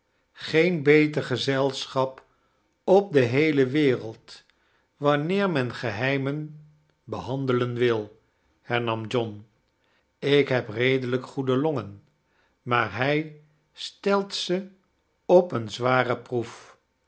geen beter gezetechap op de heele wereld wanneer men geheimen behandelen wil hernam john ik heb redelijk goede longen maar hij stelt ze op eene zware proof